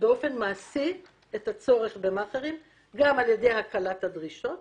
באופן מעשי את הצורך במאכערים גם על ידי הקלת הדרישות